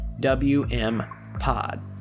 WMPod